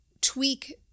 tweak